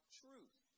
truth